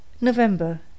November